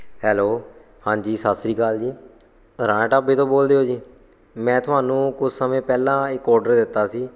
hello ਹਾਂਜੀ ਸਤਿ ਸ਼੍ਰੀ ਅਕਾਲ ਜੀ ਰਾਣਾ ਢਾਬੇ ਤੋਂ ਬੋਲ ਦੇ ਹੋ ਜੀ ਮੈਂ ਤੁਹਾਨੂੰ ਕੁਛ ਸਮੇਂ ਪਹਿਲਾਂ ਇੱਕ ਔਡਰ ਦਿੱਤਾ ਸੀ